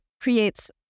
creates